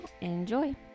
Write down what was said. Enjoy